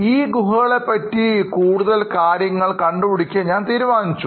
ഈ ഗുഹകളെ പറ്റി കൂടുതൽ കാര്യങ്ങൾ കണ്ടുപിടിക്കുവാൻ ഞാൻ തീരുമാനിച്ചു